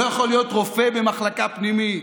לא יכול להיות רופא במחלקה פנימית,